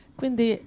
quindi